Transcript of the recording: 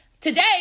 today